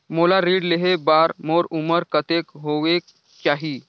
मोला ऋण लेहे बार मोर उमर कतेक होवेक चाही?